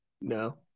No